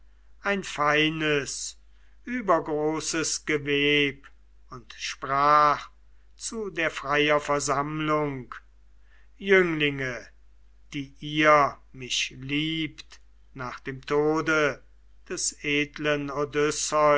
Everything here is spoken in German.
ein feines übergroßes geweb und sprach zu unsrer versammlung jünglinge die ihr mich liebt nach dem tode des edlen